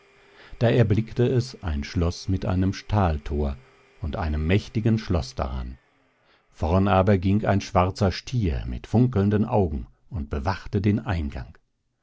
da erblickte es ein schloß mit einem stahlthor und einem mächtigen schloß daran vorn aber ging ein schwarzer stier mit funkelnden augen und bewachte den eingang